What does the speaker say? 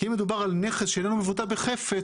כי אם מדובר על נכס שאינו מבוטא בחפץ,